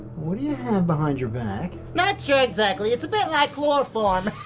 what do you have behind your back? not sure exactly, it's a bit like chloroform.